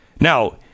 Now